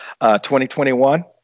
2021